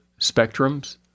spectrums